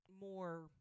more